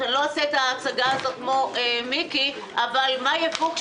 אני לא אעשה את ההצגה כמו מיקי אבל לשם מה לייבא אם